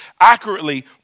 accurately